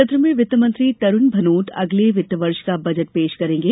सत्र में वित्तमंत्री तरूण भनोत अगले वित्तवर्ष का बजट पेश करेंगे